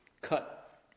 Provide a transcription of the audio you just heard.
Cut